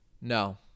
no